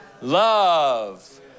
love